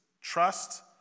Trust